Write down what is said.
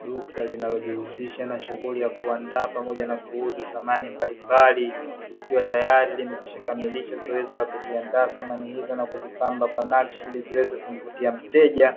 Duka linalojihusisha na shughuli ya kuandaa pamoja na kuuza samani mbalimbali, likiwa tayari limekwisha kamilisha zoezi la kuziandaa samani hizo na kuzipamba kwa nakshi ili ziweze kumvutia mteja